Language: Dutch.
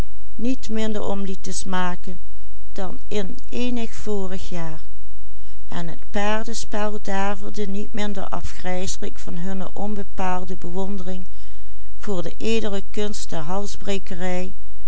en het paardespel daverde niet minder afgrijselijk van hunne onbepaalde bewondering voor de edele kunst